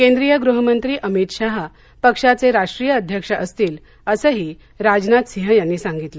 केंद्रीय गृहमंत्री अमित शाह पक्षाचे राष्ट्रीय अध्यक्ष असतील असंही राजनाथ सिंह यांनी सांगितलं